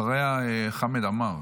אחריה חמד עמאר,